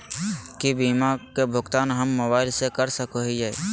की बीमा के भुगतान हम मोबाइल से कर सको हियै?